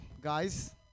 guys